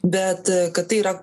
bet kad tai yra